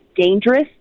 dangerous